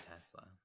tesla